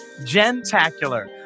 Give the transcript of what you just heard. gentacular